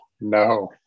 no